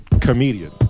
comedian